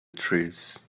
trees